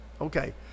okay